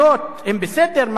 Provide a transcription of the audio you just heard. מה שקרוי "אדמת מדינה"?